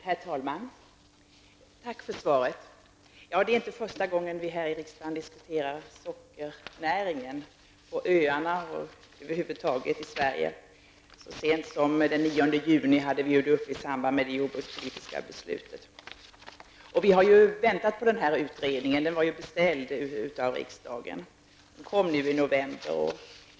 Herr talman! Tack för svaret. Det är inte första gången som vi här i riksdagen diskuterar sockernäringen på öarna och i Sverige i övrigt. Så sent som den 9 juni hade vi frågan uppe i samband med det jordbrukspolitiska beslutet. Vi har väntat på utredningen. Den var beställd av riksdagen och kom i november.